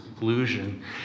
illusion